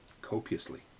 Copiously